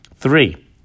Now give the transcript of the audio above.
Three